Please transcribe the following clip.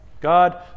God